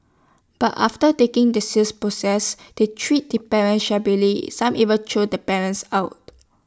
but after taking the sales proceeds they treat the parents shabbily some even throwing the parents out